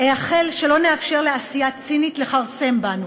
אאחל שלא נאפשר לעשייה צינית לכרסם בנו,